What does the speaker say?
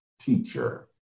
teacher